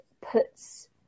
puts